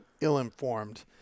ill-informed